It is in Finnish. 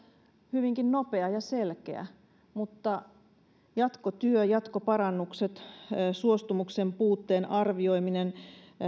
hyvinkin nopea ja selkeä mutta jatkotyö jatkoparannukset suostumuksen puutteen arvioiminen